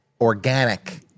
organic